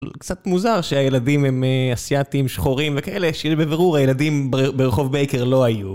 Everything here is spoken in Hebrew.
קצת מוזר שהילדים הם אסיאתים שחורים וכאלה שיהיה בבירור הילדים ברחוב בייקר לא היו